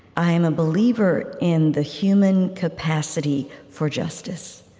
i am a believer in the human capacity for justice,